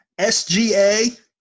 SGA